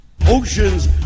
Ocean's